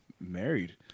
married